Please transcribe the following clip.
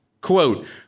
Quote